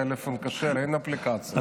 בטלפון כשר אין אפליקציה.